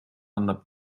annab